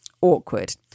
Awkward